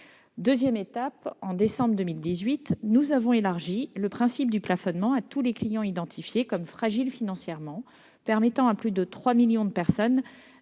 Deuxième étape, au mois de décembre 2018, nous avons élargi le principe du plafonnement à tous les clients identifiés comme fragiles financièrement, permettant à plus de 3 millions de personnes